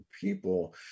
people